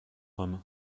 homme